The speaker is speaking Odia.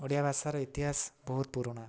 ଓଡ଼ିଆ ଭାଷାର ଇତିହାସ ବହୁତ ପୁରୁଣା